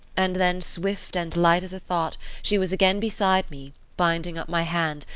and then, swift and light as a thought, she was again beside me, binding up my hand,